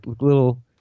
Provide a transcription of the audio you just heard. little